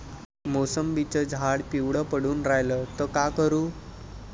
मोसंबीचं झाड पिवळं पडून रायलं त का करू?